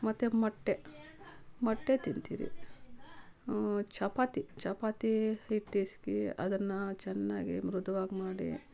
ಮತ್ತು ಮೊಟ್ಟೆ ಮೊಟ್ಟೆ ತಿಂತೀರಿ ಚಪಾತಿ ಚಪಾತಿ ಹಿಟ್ಟು ಇಸ್ಕಿ ಅದನ್ನ ಚೆನ್ನಾಗಿ ಮೃದುವಾಗಿ ಮಾಡಿ